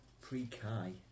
pre-Kai